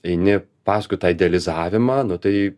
eini paskui tą idealizavimą nu tai